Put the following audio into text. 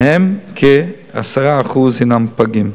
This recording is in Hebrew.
ומהן 10% הן לידות פגים,